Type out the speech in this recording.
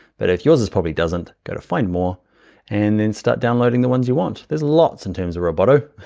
but if yours, it probably doesn't, go to find more and then start downloading the ones you want. there's lots in terms of roboto.